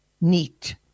neat